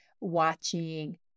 watching